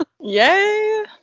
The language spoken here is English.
yay